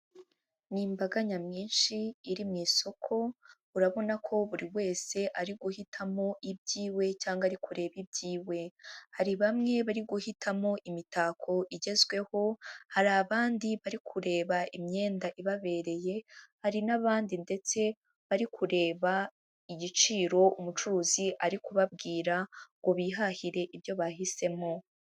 Ni imbaga nyamwinshi, iri mu isoko, urabona ko buri wese ari guhitamo, iby'iwe, cyangwa ari kureba iby'iwe, hari bamwe bari guhitamo imitako igezweho, hari abandi bari kureba imyenda ibabereye, hari n'abandi ndetse bari kureba igiciro umucuruzi ari kubabwira, ngo bihahire ibyo bahisemo.